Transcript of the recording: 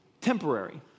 temporary